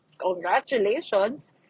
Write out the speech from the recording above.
congratulations